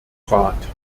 rat